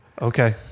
Okay